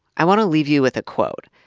i want to leave you with a quote.